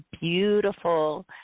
beautiful